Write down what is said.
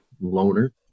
loner